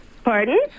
Pardon